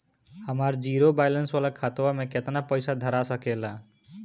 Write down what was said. हमार zero balance वाला खतवा म केतना पईसा धरा सकेला?